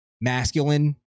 masculine